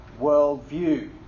worldview